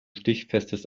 stichfestes